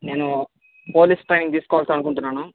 నేను police training తీసుకోవచ్చు అనుకుంటున్నాను